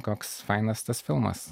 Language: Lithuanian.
koks fainas tas filmas